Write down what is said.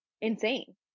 insane